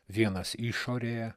vienas išorėje